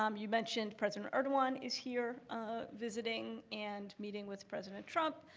um you mentioned president erdogan is here visiting, and meeting with president trump.